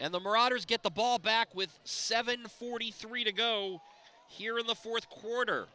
marauders get the ball back with seven forty three to go here in the fourth quarter